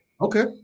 Okay